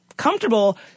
comfortable